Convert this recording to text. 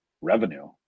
revenue